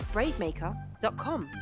BraveMaker.com